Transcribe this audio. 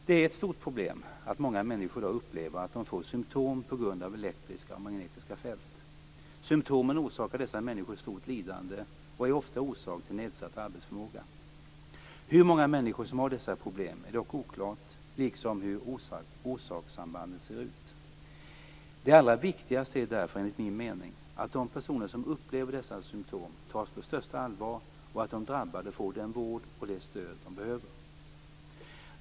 Det är ett stort problem att många människor i dag upplever att de får symtom på grund av elektriska och magnetiska fält. Symtomen orsakar dessa människor stort lidande och är ofta orsak till nedsatt arbetsförmåga. Hur många människor som har dessa problem är dock oklart liksom hur orsakssambanden ser ut. Det allra viktigaste är därför, enligt min mening, att de personer som upplever dessa symtom tas på största allvar och att de drabbade får den vård och det stöd som de behöver.